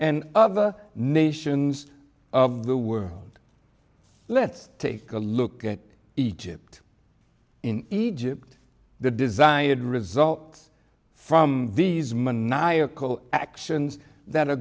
and of the nations of the world let's take a look at egypt in egypt the desired result from these maniacal actions that are